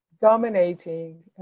dominating